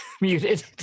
muted